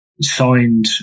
signed